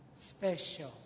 special